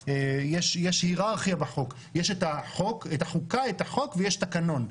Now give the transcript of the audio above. יש את החוקה, יש את החוק ויש את התקנון.